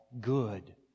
good